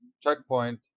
Checkpoint